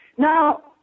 Now